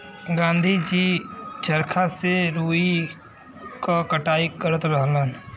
गाँधी जी चरखा से रुई क कटाई करत रहलन